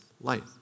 light